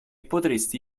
potresti